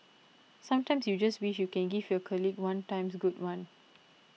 sometimes you just wish you can give your colleague one times good one